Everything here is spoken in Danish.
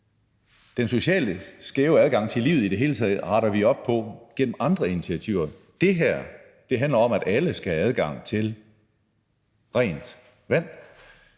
Den socialt skæve adgang til livet i det hele taget retter vi jo op på gennem andre initiativer. Det her handler om, at alle skal have adgang til rent vand.